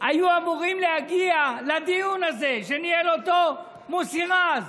היו אמורים להגיע לדיון הזה, שניהל מוסי רז.